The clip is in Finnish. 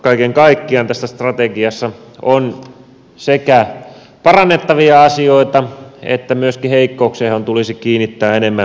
kaiken kaikkiaan tässä strategiassa on sekä parannettavia asioita että myöskin heikkouksia joihin tulisi kiinnittää enemmän huomiota